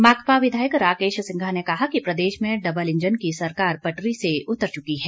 माकपा विधायक राकेश सिंघा ने कहा कि प्रदेश में डबल इंजन की सरकार पटरी से उतर चुकी है